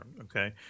Okay